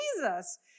Jesus